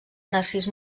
narcís